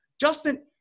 Justin